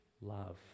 love